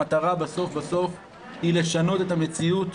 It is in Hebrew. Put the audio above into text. המטרה בסוף בסוף היא לשנות את המציאות.